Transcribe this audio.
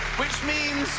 which means,